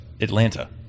Atlanta